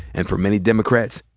and for many democrats,